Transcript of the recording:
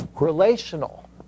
relational